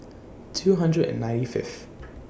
two hundred and ninety Fifth